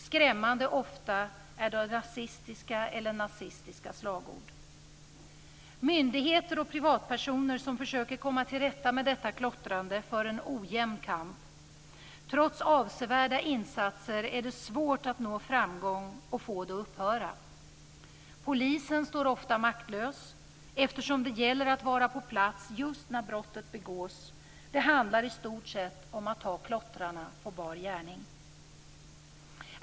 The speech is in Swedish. Skrämmande ofta är det rasistiska eller nazistiska slagord. Myndigheter och privatpersoner som försöker komma till rätta med detta klottrande för en ojämn kamp. Trots avsevärda insatser är det svårt att nå framgång och få det att upphöra. Polisen står ofta maktlös, eftersom det gäller att vara på plats just när brottet begås. Det handlar i stort sett om att ta klottrarna på bar gärning.